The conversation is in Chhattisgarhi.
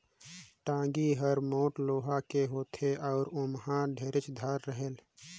टागी हर मोट लोहा कर होथे अउ ओमहा ढेरेच धार रहेल